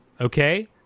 Okay